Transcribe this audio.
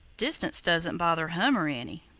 distance doesn't bother hummer any.